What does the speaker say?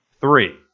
three